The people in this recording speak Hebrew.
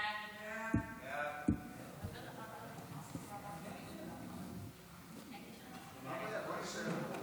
הצעת ועדת הכנסת להעביר את הצעת חוק שירותי